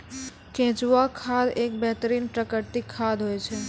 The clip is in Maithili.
केंचुआ खाद एक बेहतरीन प्राकृतिक खाद होय छै